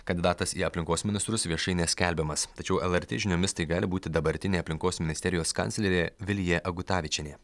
kandidatas į aplinkos ministrus viešai neskelbiamas tačiau lrt žiniomis tai gali būti dabartinė aplinkos ministerijos kanclerė vilija augutavičienė